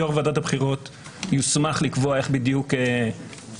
יושב-ראש ועדת הבחירות יוסמך לקבוע איך בדיוק יהיו